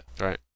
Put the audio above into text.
Right